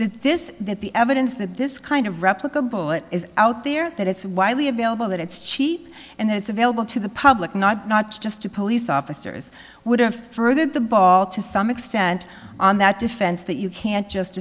this that the evidence that this kind of replicable it is out there that it's widely available that it's cheap and it's available to the public not not just to police officers would have furthered the ball to some extent on that defense that you can't just